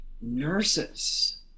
Nurses